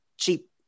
cheap